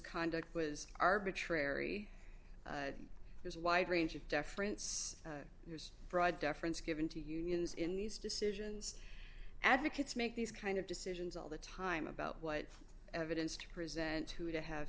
conduct was arbitrary and there's a wide range of deference there's broad deference given to unions in these decisions advocates make these kind of decisions all the time about what evidence to present who to have